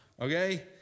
okay